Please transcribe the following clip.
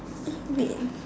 eh wait